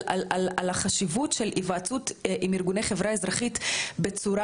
על החשיבות של היוועצות עם ארגוני חברה אזרחית בצורה